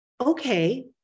okay